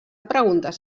preguntes